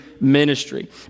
Ministry